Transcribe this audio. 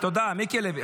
תודה, מיקי לוי.